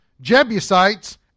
Jebusites